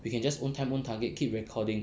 you can just own time own target keep recording